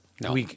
no